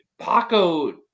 Paco